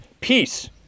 peace